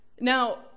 Now